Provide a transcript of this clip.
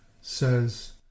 says